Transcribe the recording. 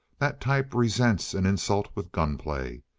that type resents an insult with gunplay.